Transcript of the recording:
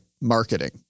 marketing